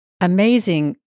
amazing